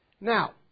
Now